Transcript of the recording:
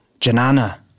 Janana